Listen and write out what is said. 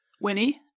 Winnie